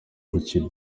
gukina